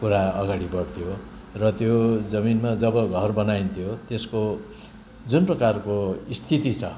कुरा अगाडि बढ्थ्यो र त्यो जमिनमा जब घर बनाइन्थ्यो त्यसको जुन प्रकारको स्थिति छ